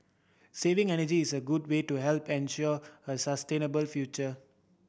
saving energy is a good way to help ensure a sustainable future